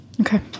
Okay